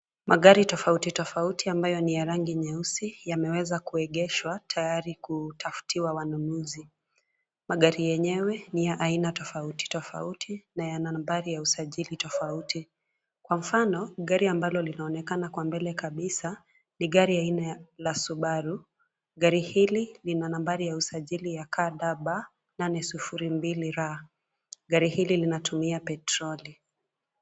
Magari tofauti tofauti ambayo ni ya rangi nyeusi, yameweza kuegeshwa tayari kutafutiwa wanunuzi. Magari yenyewe ni ya aina tofauti tofauti na yana nambari ya usajili tofauti. Kwa mfano, gari ambalo linaonekana kwa mbele kabisa, ni gari aina la Subaru. Gari hili lina nambari ya usajili wa KBD 902R . Gari hili linatumia petroli.